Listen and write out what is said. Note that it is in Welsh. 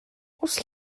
oes